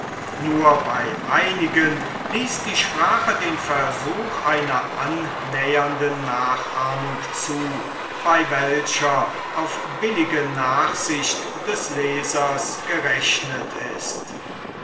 nur bei einigen ließ die sprache den versuch einer annähernden nachahmung zu bei welcher auf billige nachsicht des lesers gerechnet ist